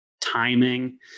timing